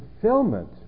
fulfillment